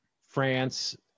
France